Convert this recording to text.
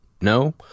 No